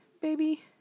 baby